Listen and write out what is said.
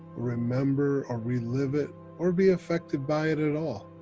remember or relive it or be affected by it at all.